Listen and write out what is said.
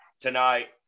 tonight